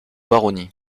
baronnies